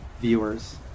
viewers